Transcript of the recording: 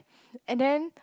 and then